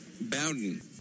Bowden